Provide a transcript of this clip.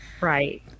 Right